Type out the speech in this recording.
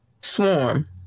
Swarm